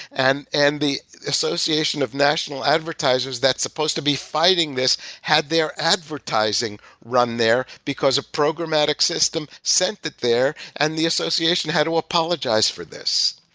and and the association of national advertisers that's supposed to be fighting this had their advertising run there because a programmatic system sent it there and the association had to apologize for this.